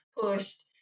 pushed